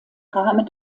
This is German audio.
rahmen